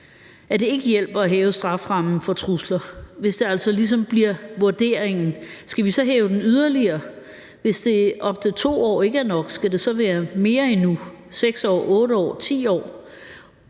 at det ikke hjælper at hæve strafferammen for trusler, hvis det altså ligesom bliver vurderingen, skal vi så hæve den yderligere, hvis op til 2 år ikke er nok? Skal det så være mere endnu, 6 år, 8 år, 10 år?